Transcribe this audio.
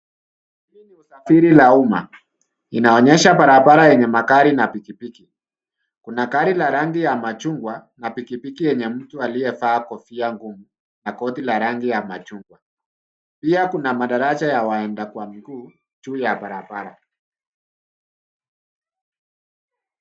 Hii ni usafiri la umma. Inaonyesha barabara yenye magari na pikipiki. Kuna gari la rangi ya machungwa na pikipiki yenye mtu aliyevaa kofia ngumu na koti la rangi ya machungwa. Pia kuna madarasa ya waenda kwa mguu juu ya barabara.